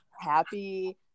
happy